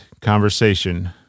conversation